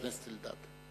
חבר הכנסת אמסלם.